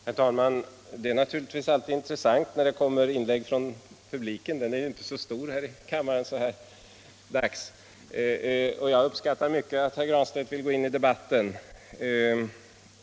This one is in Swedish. Herr talman! Det är naturligtvis alltid intressant när det kommer inlägg från publiken — den är ju inte så stor i kammaren så här dags — och jag uppskattar mycket att herr Granstedt ville gå in i debatten.